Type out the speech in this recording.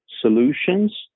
solutions